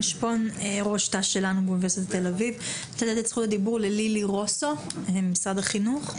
אני רוצה לתת את רשות הדיבור ללילי רוסו ממשרד החינוך,